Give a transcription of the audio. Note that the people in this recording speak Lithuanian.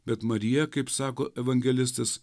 bet marija kaip sako evangelistas